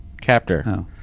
captor